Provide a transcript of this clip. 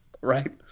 right